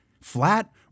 Flat